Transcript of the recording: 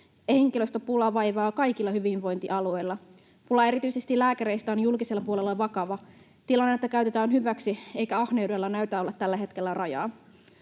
Henkilöstöpula vaivaa kaikilla hyvinvointialueilla. Pula erityisesti lääkäreistä on julkisella puolella vakava. Tilannetta käytetään hyväksi, eikä ahneudella näytä olevan tällä hetkellä rajaa.